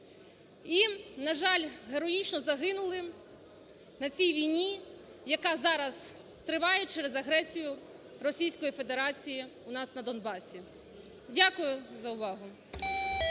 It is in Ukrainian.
і, на жаль, героїчно загинули на цій війні, яка зараз триває через агресію Російської Федерації у нас на Донбасі. Дякую за увагу.